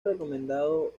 recomendado